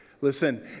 Listen